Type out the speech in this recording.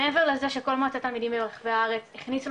מעבר לזה שכל מועצת התלמידים ברחבי הארץ הכניסו